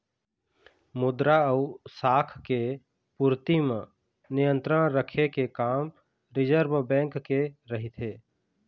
मद्रा अउ शाख के पूरति म नियंत्रन रखे के काम रिर्जव बेंक के रहिथे